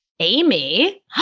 Amy